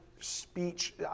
speech